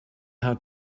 how